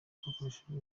bwakoreshejwe